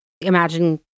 Imagine